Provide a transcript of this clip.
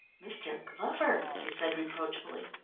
mr. glover, she said reproachfully,